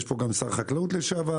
יש פה גם שר חקלאות לשעבר,